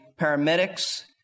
paramedics